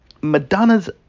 Madonna's